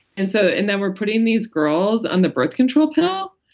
and so and then we're putting these girls on the birth control pill.